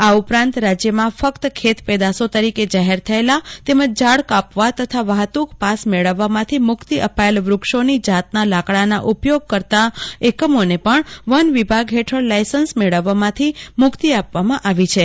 આ ઉપરાંત રાજ્યમાં ફક્ત ખેત પેદાશો તરીકે જાહેર થયેલા તેમજ ઝાડ કાપવા તથા વાહતુક પાસ મેળવવામાંથી મુક્તિ અપાયેલ વૃક્ષોની જાતના લાકડાના ઉપયોગ કરતા એકમોને પણ વન વિભાગ હેઠળ લાયસન્સ મેળવવામાંથી મુક્તિ આપવામાં આવી છે